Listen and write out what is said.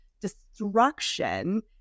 destruction